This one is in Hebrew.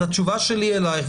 אז התשובה שלי אליך,